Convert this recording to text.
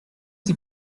sie